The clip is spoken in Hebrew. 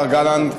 השר גלנט,